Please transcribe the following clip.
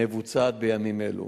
המבוצעת בימים אלה